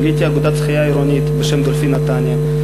גיליתי אגודת שחייה עירונית בשם "דולפין נתניה".